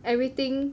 everything